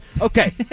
Okay